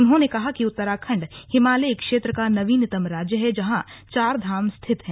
उन्होंने कहा कि उत्तराखंड हिमालयी क्षेत्र का नवीनतम राज्य है जहां चारधाम स्थित हैं